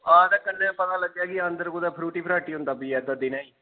हां ते कन्नै पता लग्गेआ कि अंदर कुतै फरूटी फराटी होंदा पिया दा दिनें